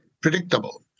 predictable